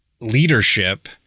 leadership